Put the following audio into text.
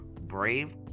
Brave